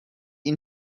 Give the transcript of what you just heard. این